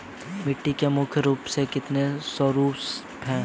मिट्टी के मुख्य रूप से कितने स्वरूप होते हैं?